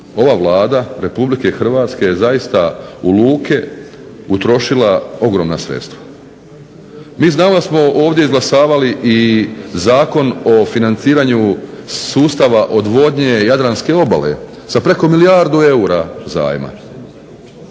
ova Vlada Republike Hrvatske zaista u luke utrošila ogromna sredstva. Mi znamo da smo ovdje izglasavali i Zakon o financiranju sustava odvodnje jadranske obale sa preko milijardu eura zajma,